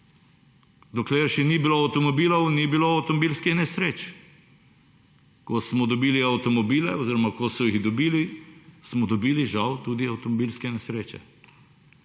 Dokler še ni bilo avtomobilov, ni bilo avtomobilskih nesreč. Ko smo dobili avtomobile oziroma ko so jih dobili, smo tudi žal tudi avtomobilske nesreče.